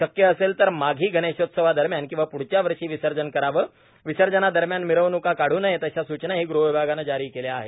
शक्य असेल तर माघी गणेशोत्सवादरम्यान किंवा पुढच्या वर्षी विसर्जन करावं विसर्जनादरम्यान मिरवणुका काढू नयेत अशा सूचनाही गृह विभागानं जारी केल्या आहेत